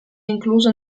incluso